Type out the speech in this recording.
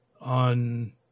on